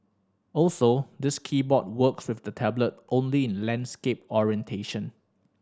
also this keyboard works with the tablet only in landscape orientation